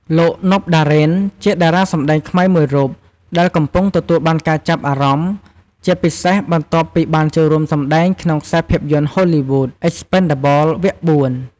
លោក ណុប ដារ៉េន ជាតារាសម្តែងខ្មែរមួយរូបដែលកំពុងទទួលបានការចាប់អារម្មណ៍ ជាពិសេសបន្ទាប់ពីបានចូលរួមសម្ដែងក្នុងខ្សែភាពយន្តហូលីវូដ អិចស្ពេនដាបល វគ្គ៤ "Expend4bles"។